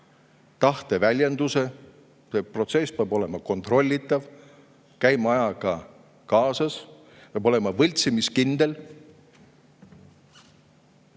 tahte väljenduse. Protsess peab olema kontrollitav, käima ajaga kaasas, peab olema võltsimiskindel.